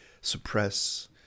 suppress